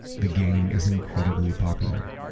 the game is incredibly popular.